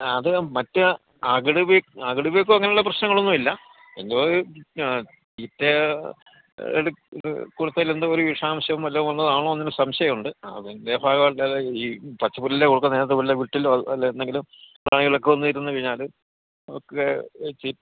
ആ അത് മറ്റ് അകിട് വീക്കം അകിട് വീക്കം അങ്ങനെ ഉള്ള പ്രശ്നങ്ങളൊന്നും ഇല്ല എന്തോ ഒരു തീറ്റ എട് കൊടുത്തതിൽ എന്തോ ഒരു വിഷാംശം വല്ലതും വന്നത് ആണോന്ന് സംശയം ഉണ്ട് ആ അതിൻ്റെ ഭാഗമായിട്ട് ഈ പച്ച പുല്ല് കൊടുക്കുന്നതിനകത്ത് വല്ല പുറ്റിലോ അല്ലേൽ എന്തെങ്കിലും പ്രാണികളൊക്കെ വന്നിരുന്ന് കഴിഞ്ഞാൽ ഒക്കേ വെച്ച്